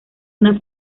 una